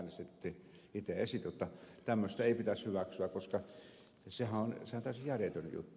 itse esitin jotta tämmöistä ei pitäisi hyväksyä koska sehän on täysin järjetön juttu